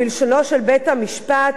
בלשונו של בית-המשפט,